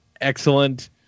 excellent